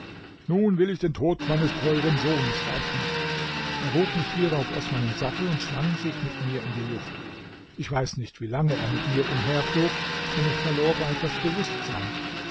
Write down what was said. nun will ich den tod meines teuren sohnes rächen er hob mich hierauf aus meinem sattel und schwang sich mit mir in die luft ich weiß nicht wie lange er mit mir umherflog denn ich verlor bald das bewußtsein